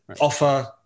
offer